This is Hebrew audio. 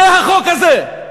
זה החוק הזה.